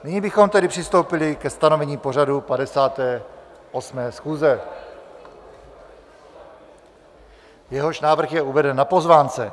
Nyní bychom tedy přistoupili ke stanovení pořadu 58. schůze, jehož návrh je uveden na pozvánce.